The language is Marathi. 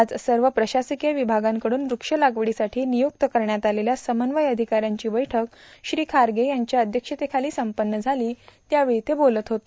आज सर्व प्रशासकीय विभागांकडून वृक्ष लागवडीसाठी नियुक्त करण्यात आलेल्या समन्वय अधिकाऱ्यांची बैठक श्री खारगे यांच्या अध्यक्षतेखाली संपन्न झाली त्यावेळी ते बोलत होते